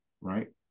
right